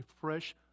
fresh